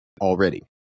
already